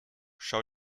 schau